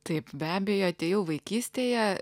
taip be abejo atėjau vaikystėje